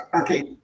Okay